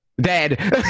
dead